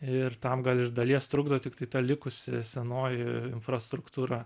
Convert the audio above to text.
ir tam gal iš dalies trukdo tiktai ta likusi senoji infrastruktūra